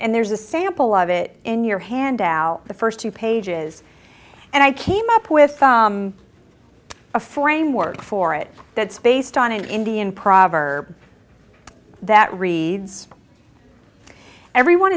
and there's a sample of it in your hand out the first two pages and i came up with a framework for it that's based on an indian proverb that reads everyone